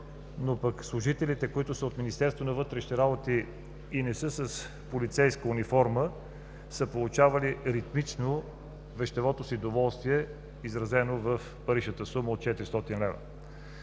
но пък служителите, които са от Министерството на вътрешните работи и не са с полицейска униформа, са получавали ритмично вещевото си доволствие, изразено в паричната сума от 400 лв.